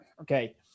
okay